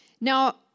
Now